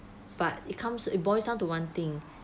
but it comes it boils down to one thing